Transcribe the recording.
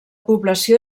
població